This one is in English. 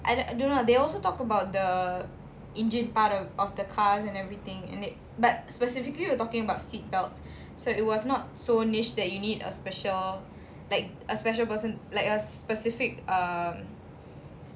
I don't know ah they also talk about the injured part a of the cars and everything but specifically we're talking about seatbelts so it was not so niche that you need a special like a special person like a specific err